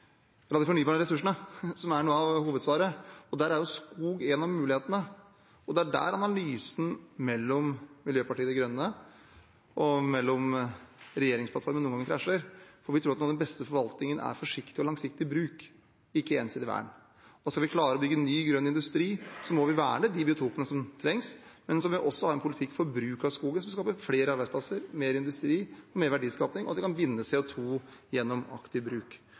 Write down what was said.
Der er skog en av mulighetene, og det er der analysen til Miljøpartiet De Grønne og til regjeringsplattformen noen ganger krasjer, for vi tror at noe av den beste forvaltningen er forsiktig og langsiktig bruk, ikke ensidig vern. Skal vi klare å bygge ny, grønn industri, må vi verne de biotopene som trengs, men vi må også ha en politikk for bruk av skogen som skaper flere arbeidsplasser og mer industri og gir mer verdiskaping, og som gjør at vi kan binde CO 2 gjennom aktiv bruk.